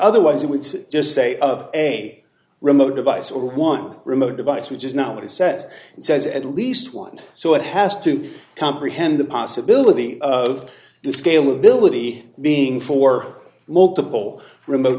otherwise it would just say of a remote device or one remote device which is not reset and says at least one so it has to comprehend the possibility of the scale ability being for multiple remote